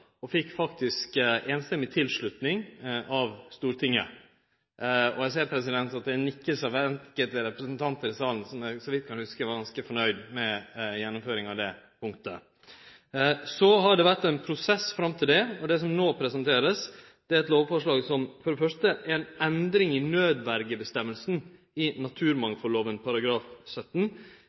og det fekk faktisk samrøystes tilslutning av Stortinget. Eg ser at det vert nikka av enkelte representantar i salen, som så vidt eg kan hugse, var ganske fornøgde med gjennomføringa av det punktet. Det har vore ein prosess fram til det, og det som no vert presentert, er eit lovforslag som gjer ei endring i nødverjeføresegna i naturmangfaldlova § 17